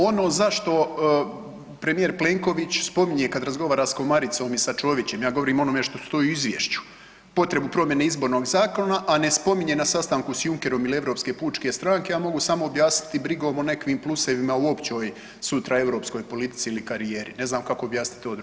Ono zašto premijer Plenković spominje kada razgovara s Komaricom i s Čovićem, ja govorim o onome što stoji izvješću, potrebu promjene izbornog zakona, a ne spominje na sastanku s Junckerom ili Europske pučke stranke, ja mogu samo objasniti brigom o nekakvim plusevima u općoj sutra europskoj politici ili karijeri, ne znam kako objasniti to drugačije.